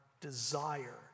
desire